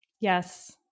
Yes